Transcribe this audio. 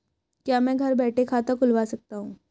क्या मैं घर बैठे खाता खुलवा सकता हूँ?